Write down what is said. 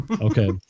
Okay